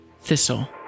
Thistle